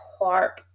harp